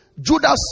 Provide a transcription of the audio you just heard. Judas